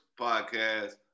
podcast